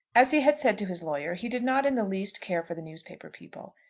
as he had said to his lawyer, he did not in the least care for the newspaper people.